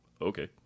Okay